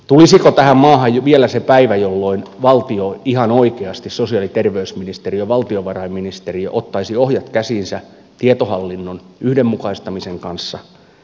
tulisiko tähän maahan vielä se päivä jolloin valtio ihan oikeasti sosiaali ja terveysministeriö valtiovarainministeriö ottaisi ohjat käsiinsä tietohallinnon yhdenmukaistamisen kanssa